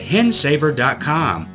Hensaver.com